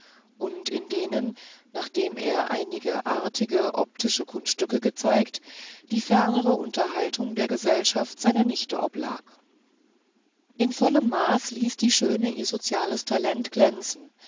und in denen nachdem er einige artige optische kunststücke gezeigt die fernere unterhaltung der gesellschaft seiner nichte oblag in vollem maß ließ die schöne ihr soziales talent glänzen